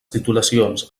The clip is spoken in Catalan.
titulacions